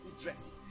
dress